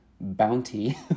bounty